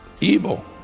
evil